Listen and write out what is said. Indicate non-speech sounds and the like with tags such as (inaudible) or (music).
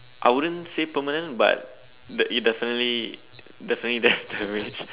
I wouldn't say permanent but the it the definitely definitely there (laughs) damage